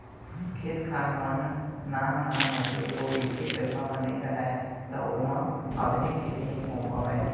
खेत खार मन नान नान होथे अउ एके जघा म नइ राहय त ओमा आधुनिक खेती नइ हो पावय